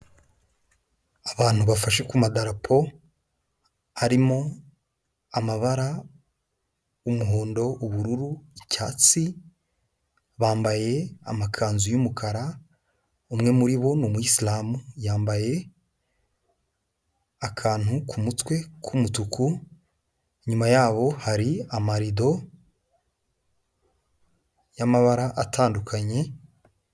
Abantu bafashe ku madarapo arimo amabara umuhondo, ubururu, icyatsi, bambaye amakanzu y'umukara, umwe muri bo ni umuyisilamu, yambaye akantu ku mutwe k'umutuku, inyuma yabo hari amarido y'amabara atandukanye...